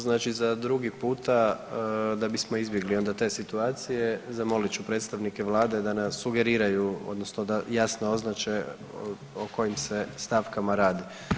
Znači za drugi puta da bismo izbjegli onda te situacije zamolit ću predstavnike vlade da nam sugeriraju odnosno da jasno označe o kojim se stavkama radi.